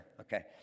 okay